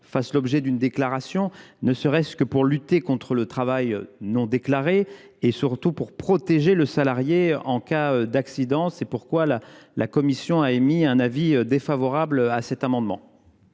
fassent l’objet d’une déclaration, ne serait ce que pour lutter contre le travail non déclaré et, surtout, pour protéger le salarié en cas d’accident. C’est pourquoi la commission a émis un avis défavorable sur cet amendement.